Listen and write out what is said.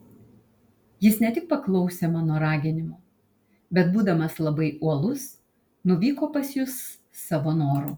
jis ne tik paklausė mano raginimo bet būdamas labai uolus nuvyko pas jus savo noru